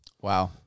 Wow